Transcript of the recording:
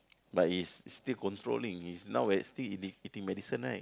but he's still controlling he's now still eat eating medicine right